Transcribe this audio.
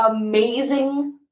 amazing